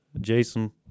Jason